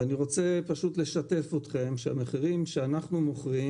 אני רוצה לשתף אתכם שהמחירים שאנחנו מוכרים